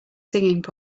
singing